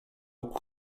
och